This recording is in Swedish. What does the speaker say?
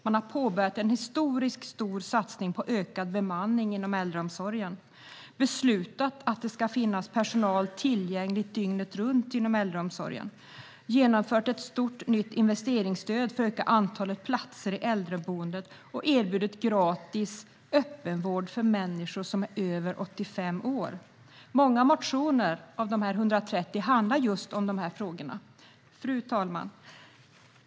Man har påbörjat en historiskt stor satsning på ökad bemanning inom äldreomsorgen, beslutat att det ska finnas personal tillgänglig dygnet runt inom äldreomsorgen, genomfört ett stort nytt investeringsstöd för att öka antalet platser på äldreboenden och erbjudit gratis öppenvård för människor som är äldre än 85 år. Många av de 130 motionerna handlar om just de här frågorna. Fru talman!